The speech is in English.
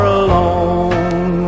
alone